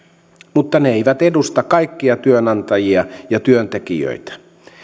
mutta ne eivät edusta kaikkia työnantajia ja työntekijöitä